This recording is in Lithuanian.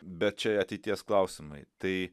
bet čia ateities klausimai tai